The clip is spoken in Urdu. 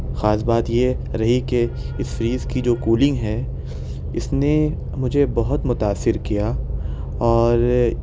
خاص بات یہ رہی کہ اِس فریج کی جو کولنگ ہے اِس نے مجھے بہت متاثر کیا اور